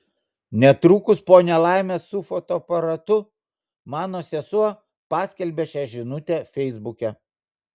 netrukus po nelaimės su fotoaparatu mano sesuo paskelbė šią žinutę feisbuke